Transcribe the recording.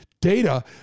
data